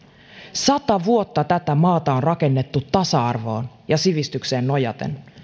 sata vuotta tätä maata on rakennettu tasa arvoon ja sivistykseen nojaten